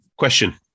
Question